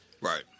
Right